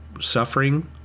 suffering